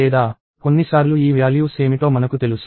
లేదా కొన్నిసార్లు ఈ వ్యాల్యూస్ ఏమిటో మనకు తెలుసు